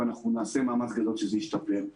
ונעשה מאמץ גדול שזה ישתפר,